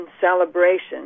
celebration